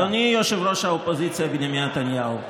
אדוני ראש האופוזיציה בנימין נתניהו,